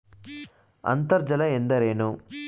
ಅಂತರ್ಜಲ ಎಂದರೇನು?